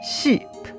Sheep